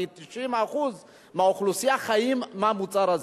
90% מהאוכלוסייה באתיופיה חיים מהמוצר הזה.